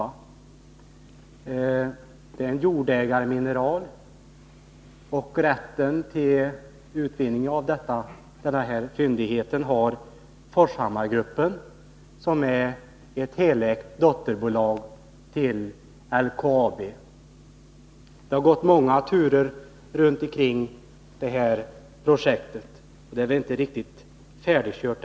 Det är en jordägarmineral, och rätten till utvinning av denna fyndighet har Forshammarsgruppen, som är ett helägt dotterbolag till LKAB. Det har gått många turer kring det här projektet, och det är ännu inte riktigt färdigkört.